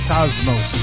Cosmos